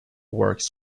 works